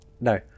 No